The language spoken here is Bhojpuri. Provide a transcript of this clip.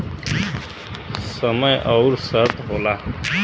समय अउर शर्त होला